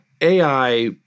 AI